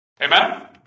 Amen